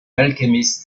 alchemist